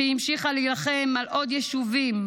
כשהיא המשיכה להילחם על עוד יישובים,